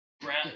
Brown